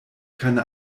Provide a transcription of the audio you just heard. keine